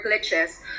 glitches